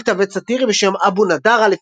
הקים כתב עת סאטירי בשם "אבו נדארה",